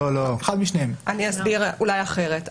אני אסביר אולי אחרת.